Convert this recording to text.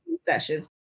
sessions